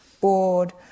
bored